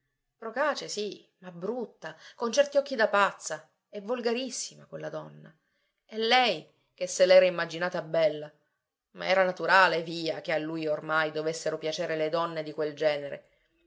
procace sì ma brutta con certi occhi da pazza e volgarissima quella donna e lei che se l'era immaginata bella ma era naturale via che a lui ormai dovessero piacere le donne di quel genere